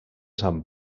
sant